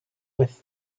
with